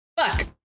Fuck